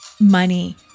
money